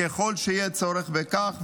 ככל שיהיה צורך בכך,